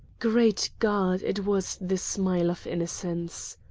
great god! it was the smile of innocence.